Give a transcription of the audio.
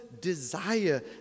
desire